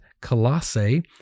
Colossae